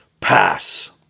pass